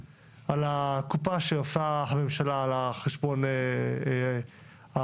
על הקופה שעושה הממשלה על חשבון הציבור.